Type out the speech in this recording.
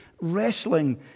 wrestling